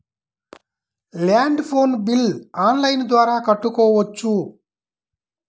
Land phone bill online ద్వారా కట్టుకోవచ్చు?